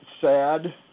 sad